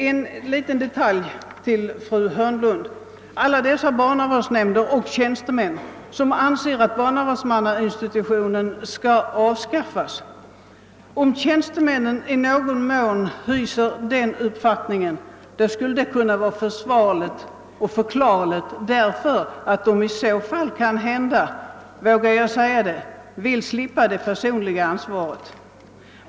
En liten replik vill jag emellertid ge fru Hörnlund, på tal om alla dessa barnavårdsnämnder och tjänstemän som anser att barnavårdsmannainstitutionen skall avskaffas. Om tjänstemännen i någon mån hyser den uppfattningen skulle det kunna vara försvarligt och förklarligt, eftersom de kanhända — vågar jag säga det — vill slippa det personliga ansvaret.